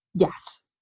Yes